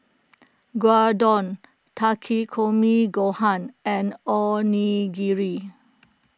Gyudon Takikomi Gohan and Onigiri